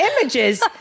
images